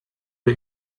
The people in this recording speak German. der